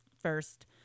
first